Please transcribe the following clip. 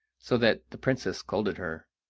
so that the princess scolded her.